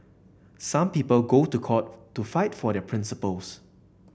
some people go to court to fight for their principles